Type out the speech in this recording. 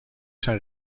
zijn